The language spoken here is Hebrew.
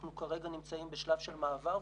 אנחנו כרגע נמצאים בשלב של מעבר.